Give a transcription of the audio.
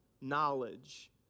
knowledge